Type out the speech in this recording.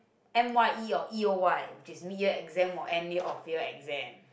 M_Y_E or E_O_Y just mid year exam was and end of year exam